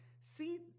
see